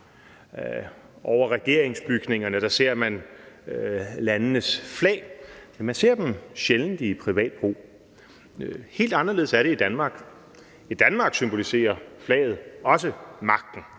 Over regeringsbygningerne ser man landenes flag, men man ser dem sjældent i privat brug. Helt anderledes er det i Danmark. I Danmark symboliserer flaget også magten,